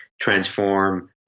transform